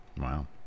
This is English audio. Wow